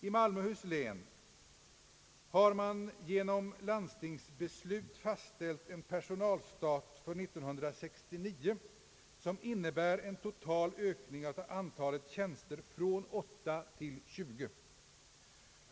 I Malmöhus län har man genom landstingsbeslut fastställt en personalstat för 1969 som innebär en total ökning av antalet tjänster från 8 till 20.